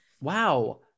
wow